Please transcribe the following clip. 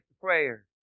prayer